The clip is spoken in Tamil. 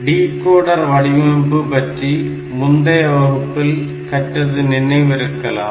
டிகோடர் வடிவமைப்பு பற்றி முந்தைய வகுப்பில் கற்றது நினைவிருக்கலாம்